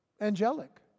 angelic